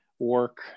work